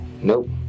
Nope